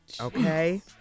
Okay